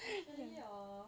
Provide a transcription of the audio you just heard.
actually hor